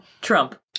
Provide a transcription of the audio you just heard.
Trump